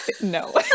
No